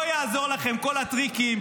לא יעזרו לכם כל הטריקים,